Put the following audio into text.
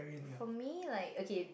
for me like okay